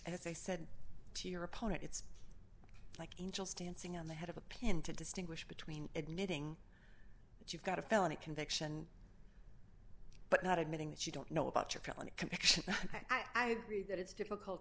as i said to your opponent it's like angels dancing on the head of a pin to distinguish between admitting that you've got a felony conviction but not admitting that you don't know about your own complexion i agree that it's difficult